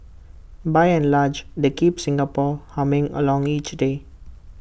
by and large they keep Singapore humming along each day